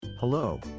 Hello